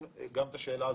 כן.